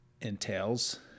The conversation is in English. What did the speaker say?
entails